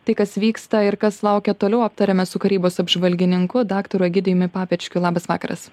tai kas vyksta ir kas laukia toliau aptariame su karybos apžvalgininku daktaru egidijumi papečkiu labas vakaras